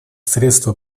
средство